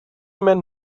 men